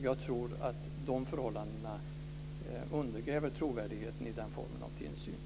Jag tror att det förhållandet undergräver trovärdigheten i den formen av tillsyn.